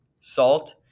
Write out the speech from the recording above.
salt